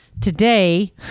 Today